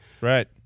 Right